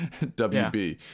WB